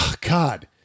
God